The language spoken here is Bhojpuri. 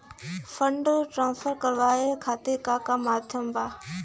फंड ट्रांसफर करवाये खातीर का का माध्यम बा?